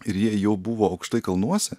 ir jie jau buvo aukštai kalnuose